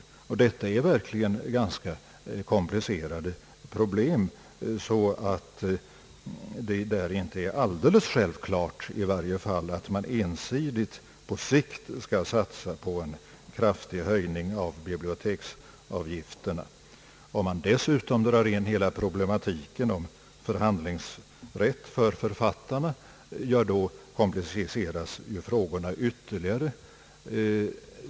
Detta är verkligen ganska komplicerade problem, och det är inte alldeles självklart att man på sikt ensidigt bör satsa på en kraftig höjning av biblioteksavgifterna. Drar man dessutom in hela problematiken om förhandlingsrätt för författarna, kompliceras frågorna ytterligare.